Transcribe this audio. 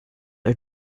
are